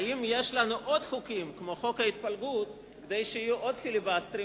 האם יש לנו עוד חוקים כמו חוק ההתפלגות כדי שיהיו עוד פיליבסטרים,